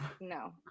no